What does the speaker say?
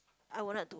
I would not